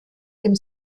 dem